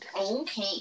Okay